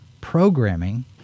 programming